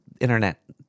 internet